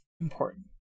important